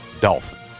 Dolphins